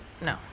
No